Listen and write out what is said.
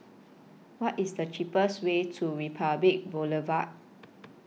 What IS The cheapest Way to Republic Boulevard